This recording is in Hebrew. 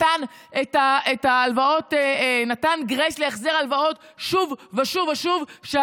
נתן גרייס להחזר הלוואות שוב ושוב ושוב כדי